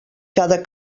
cada